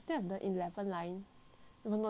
even though it's not that obvious